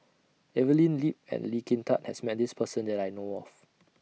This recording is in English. Evelyn Lip and Lee Kin Tat has Met This Person that I know of